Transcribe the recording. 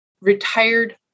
retired